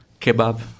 kebab